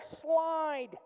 slide